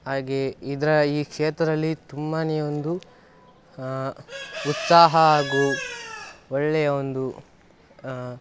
ಹಾಗೆ ಇದರ ಈ ಕ್ಷೇತ್ರದಲ್ಲಿ ತುಂಬಾ ಒಂದು ಉತ್ಸಾಹ ಹಾಗೂ ಒಳ್ಳೆಯ ಒಂದು